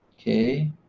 Okay